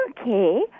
Okay